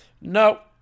No